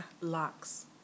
locks